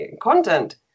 content